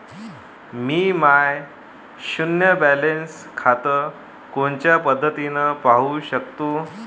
मी माय शुन्य बॅलन्स खातं कोनच्या पद्धतीनं पाहू शकतो?